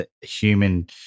human